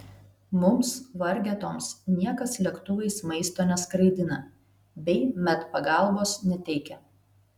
mums vargetoms niekas lėktuvais maisto neskraidina bei medpagalbos neteikia